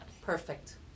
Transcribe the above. Perfect